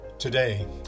Today